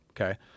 Okay